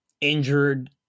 injured –